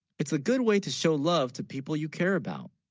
it's a good, way to show love to people you care, about,